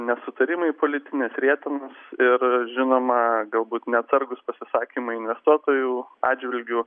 nesutarimai politinės rietenos ir žinoma galbūt neatsargūs pasisakymai investuotojų atžvilgiu